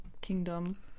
kingdom